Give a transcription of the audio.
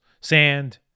sand